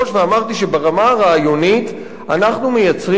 ואמרתי שברמה הרעיונית אנחנו מייצרים פה